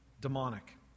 demonic